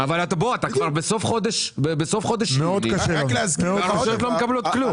אבל אתה כבר בסוף חודש יוני והרשויות לא מקבלות כלום.